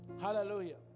Hallelujah